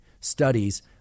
studies